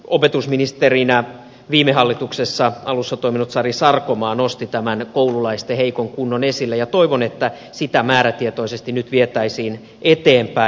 opetusministerinä viime hallituksessa alussa toiminut sari sarkomaa nosti tämän koululaisten heikon kunnon esille ja toivon että sitä määrätietoisesti nyt vietäisiin eteenpäin